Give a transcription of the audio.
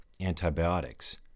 antibiotics